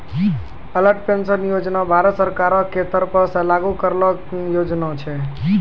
Atal pension योजना भारत सरकारो के तरफो से लागू करलो योजना छै